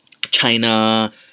China